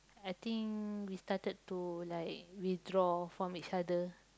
I think we started to like withdraw from each other